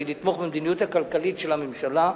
והיא לתמוך במדיניות הכלכלית של הממשלה,